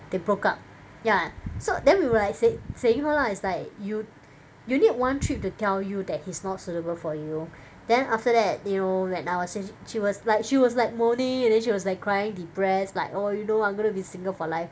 they broke up ya so then we were like say saying her lah it's like you you need one trip to tell you that he's not suitable for you then after that you know when I was sh~ she was like she was like moaning and then she was like crying depressed like oh you know I'm gonna be single for life